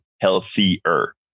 healthier